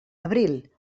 abril